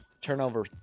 turnover